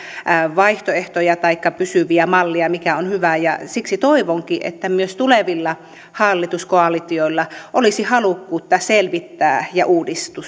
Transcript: vaihtoehtoja pysyviä malleja siitä mikä on hyvä ja siksi toivonkin että myös tulevilla hallituskoalitioilla olisi halukkuutta selvittää ja